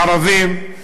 ערבים,